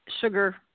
sugar